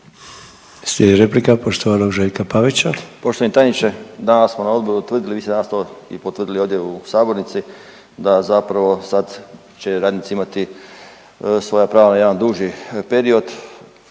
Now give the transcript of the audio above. Željka Pavića. **Pavić, Željko (Nezavisni)** Poštovani tajniče, danas smo na Odboru tvrdili, vi ste danas to i potvrdili ovdje u sabornici da zapravo sad će radnici imati svoja prava jedan duži period,